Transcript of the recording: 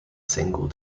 single